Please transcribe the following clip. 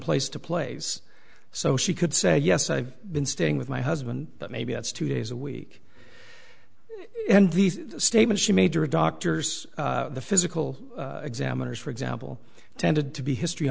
place to place so she could say yes i've been staying with my husband but maybe that's two days a week and the statement she made her doctors the physical examiners for example tended to be hist